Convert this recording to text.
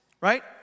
right